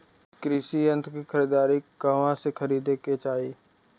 कृषि यंत्र क खरीदारी कहवा से खरीदे के चाही?